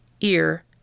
ear